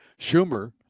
Schumer